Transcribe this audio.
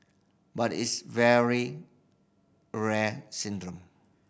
but it's very rare syndrome